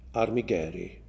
armigeri